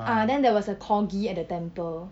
ah then there was a corgi at the temple